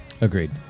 Agreed